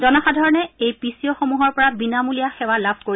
জনসাধাৰণে এই P C অ'সমূহৰ পৰা বিনামূলীয়া সেৱা লাভ কৰিব